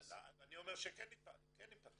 אני אומר שכן ייפתח.